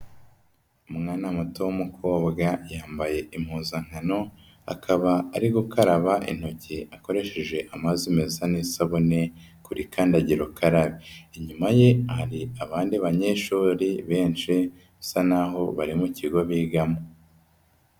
Umwana muto w'umukobwa, yambaye impuzankano, akaba ari gukaraba intoki akoresheje amazi meza n'isabune kuri kandagira ukarabe. Inyuma ye, hari abandi banyeshuri benshi, basa n'aho bari mu kigo bigamo.